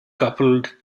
coupled